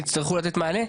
יצטרכו לתת מענה,